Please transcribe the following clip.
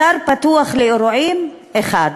אתר פתוח לאירועים, אחד.